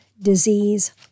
disease